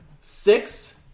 Six